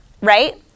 right